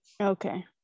okay